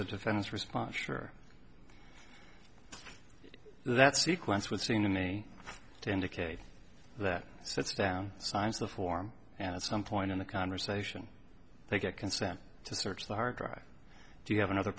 the defense response for that sequence would seem to me to indicate that sets down signs the form and at some point in the conversation they get consent to search the hard drive do you have another